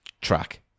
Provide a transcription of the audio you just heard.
track